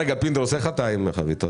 פינדרוס, איך אתה עם חביתות?